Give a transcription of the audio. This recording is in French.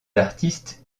artistes